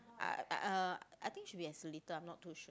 I uh I think should be at Seletar I'm not too sure